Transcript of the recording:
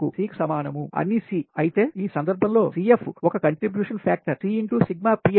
ఈ సందర్భం లో CF ఒక contribution factor C X sigma Pi